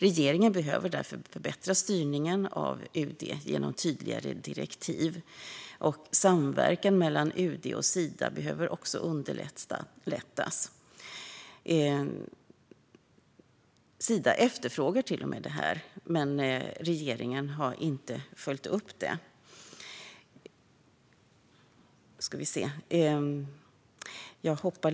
Regeringen behöver därför förbättra styrningen av UD genom tydligare direktiv. Samverkan mellan UD och Sida behöver också underlättas. Sida efterfrågar detta, men regeringen har inte följt upp det.